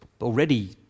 already